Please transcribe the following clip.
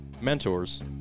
mentors